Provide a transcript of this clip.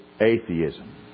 atheism